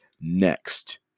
next